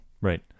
Right